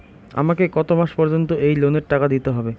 আমাকে কত মাস পর্যন্ত এই লোনের টাকা দিতে হবে?